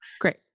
great